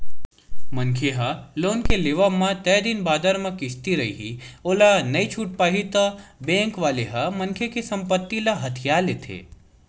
मनखे ह लोन के लेवब म तय दिन बादर म किस्ती रइही ओला नइ छूट पाही ता बेंक वाले ह मनखे के संपत्ति ल हथिया लेथे